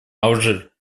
алжир